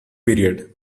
period